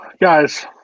guys